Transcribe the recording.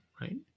right